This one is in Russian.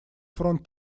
фронт